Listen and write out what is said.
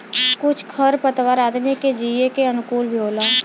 कुछ खर पतवार आदमी के जिये के अनुकूल भी होला